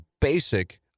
basic